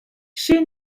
she